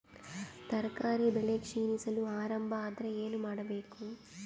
ತರಕಾರಿ ಬೆಳಿ ಕ್ಷೀಣಿಸಲು ಆರಂಭ ಆದ್ರ ಏನ ಮಾಡಬೇಕು?